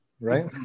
Right